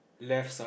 left side